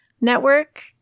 network